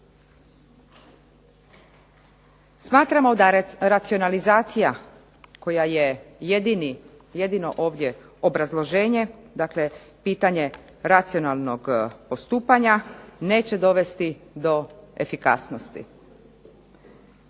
Smatramo da racionalizacija koja je jedino ovdje obrazloženje, dakle pitanje racionalnog postupanja neće dovesti do efikasnosti,